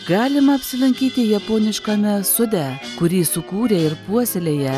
galima apsilankyti japoniškame sode kurį sukūrė ir puoselėja